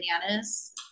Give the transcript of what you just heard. bananas